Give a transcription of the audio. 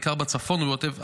בעיקר בצפון ובעוטף עזה,